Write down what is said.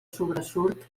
sobresurt